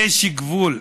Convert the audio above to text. יש גבול.